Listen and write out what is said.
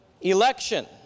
election